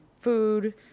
food